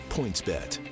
PointsBet